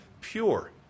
Pure